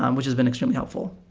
um which has been extremely helpful.